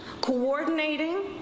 coordinating